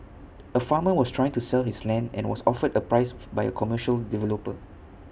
A farmer was trying to sell his land and was offered A price by A commercial developer